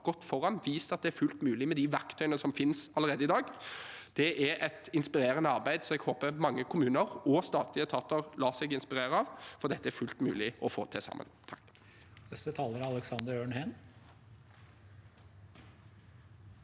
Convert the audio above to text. gått foran og vist at det er fullt mulig med de verktøyene som finnes allerede i dag. Det er et inspirerende arbeid som jeg håper mange kommuner og statlige etater lar seg inspirere av, for dette er fullt mulig å få til sammen.